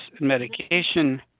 medication